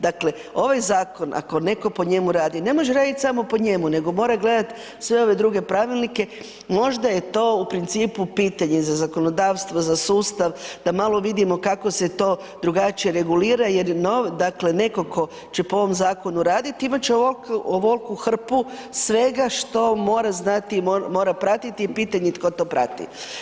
Dakle, ovaj zakon ako neko po njemu radi, ne može radit samo po njemu nego mora gledat sve ove druge pravilnike, možda je to u principu pitanje za zakonodavstvo, za sustav da malo vidimo kako se to drugačije regulira jer, dakle neko ko će po ovom zakonu radit imat će ovolku hrpu svega što mora znati i mora pratiti i pitanje tko to prati.